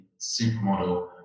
supermodel